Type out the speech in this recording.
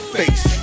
face